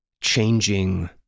changing